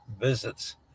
visits